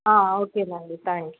okay అండి thank you